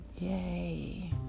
yay